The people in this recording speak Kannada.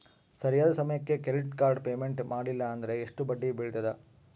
ಸರಿಯಾದ ಸಮಯಕ್ಕೆ ಕ್ರೆಡಿಟ್ ಕಾರ್ಡ್ ಪೇಮೆಂಟ್ ಮಾಡಲಿಲ್ಲ ಅಂದ್ರೆ ಎಷ್ಟು ಬಡ್ಡಿ ಬೇಳ್ತದ?